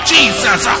Jesus